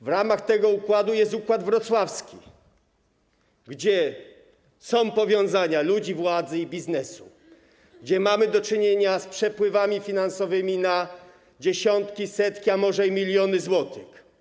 W ramach tego układu jest układ wrocławski, gdzie są powiązania ludzi władzy i biznesu, gdzie mamy do czynienia z przepływami finansowymi na dziesiątki, setki, a może i miliony złotych.